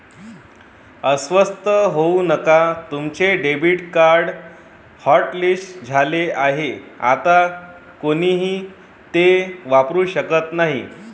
अस्वस्थ होऊ नका तुमचे डेबिट कार्ड हॉटलिस्ट झाले आहे आता कोणीही ते वापरू शकत नाही